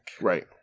Right